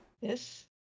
Yes